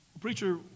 Preacher